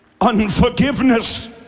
Unforgiveness